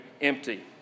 empty